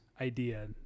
idea